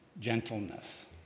gentleness